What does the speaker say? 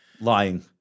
Lying